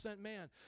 Man